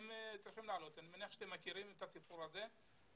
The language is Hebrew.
אני מניח שאתם מכירים את הסיפור הזה.